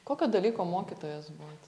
kokio dalyko mokytojas buvot